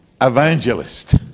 evangelist